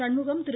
Shanmugam Thiru